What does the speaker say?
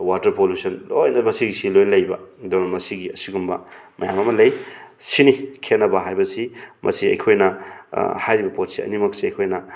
water pollution ꯂꯣꯏꯅ ꯃꯁꯤꯒꯤꯁꯤ ꯂꯣꯏ ꯂꯩꯕ ꯑꯗꯨ ꯃꯁꯤꯒꯤ ꯑꯁꯤꯒꯨꯝꯕ ꯃꯌꯥꯝ ꯑꯃ ꯂꯩ ꯁꯤꯅꯤ ꯈꯦꯠꯅꯕ ꯍꯥꯏꯕꯁꯤ ꯃꯁꯤ ꯑꯩꯈꯣꯏꯅ ꯍꯥꯏꯔꯤꯕ ꯄꯣꯠꯁꯤ ꯑꯅꯤꯃꯛꯁꯤ ꯑꯩꯈꯣꯏꯅ